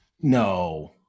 No